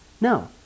No